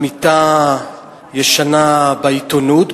עמיתה ישנה בעיתונות,